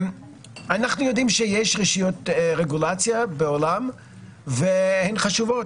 אנחנו יודעים שיש רשויות רגולציה בעולם והן חשובות.